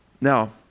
Now